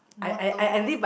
moto